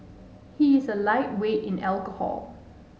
he is a lightweight in alcohol